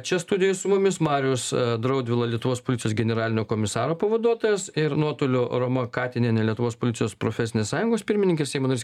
čia studijoj su mumis marius draudvila lietuvos policijos generalinio komisaro pavaduotojas ir nuotoliu roma katinienė lietuvos policijos profesinės sąjungos pirmininkė seimo narys